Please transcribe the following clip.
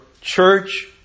church